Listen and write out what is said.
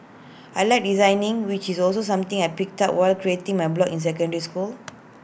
I Like designing which is also something I picked up while creating my blog in secondary school